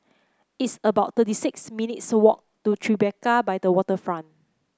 it's about thirty six minutes' walk to Tribeca by the Waterfront